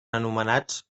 anomenats